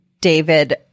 David